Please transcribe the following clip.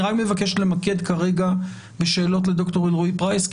אני מבקש למקד כרגע בשאלות לד"ר אלרעי-פרייס,